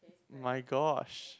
my gosh